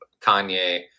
Kanye